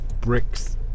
bricks